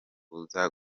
buza